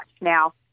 Now